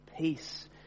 peace